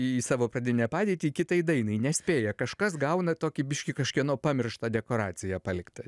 į savo pradinę padėtį kitai dainai nespėja kažkas gauna tokį biškį kažkieno pamirštą dekoraciją paliktą